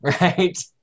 right